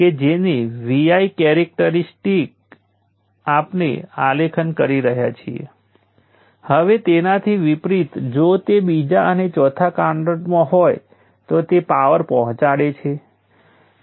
તેથી શક્ય છે કે V1 પાવર ડિલિવરી કરી રહ્યું છે અને V2 અને V3 બંને પાવરનું નિરીક્ષણ કરી રહ્યાં છે